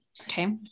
Okay